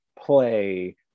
play